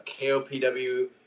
KOPW